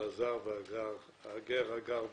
הזר והגר הגר בתוכנו.